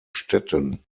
städten